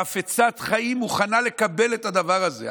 חפצת חיים, מוכנה לקבל את הדבר הזה?